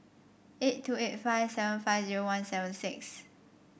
eight two eight five seven five zero one seven six